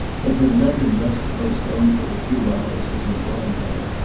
that had led him thus to postpone for a few hours his enjoyment of it,